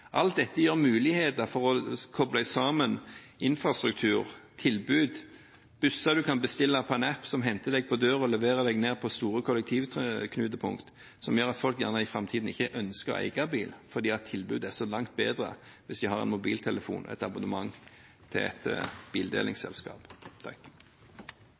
Alt dette gir muligheter for å koble sammen infrastrukturtilbud – busser man kan bestille via en app, som henter deg på døren og leverer deg på et stort kollektivknutepunkt, som gjør at folk i framtiden kanskje ikke ønsker å eie bil fordi tilbudet er så mye bedre hvis de har en mobiltelefon og et abonnement til et